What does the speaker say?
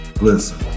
listen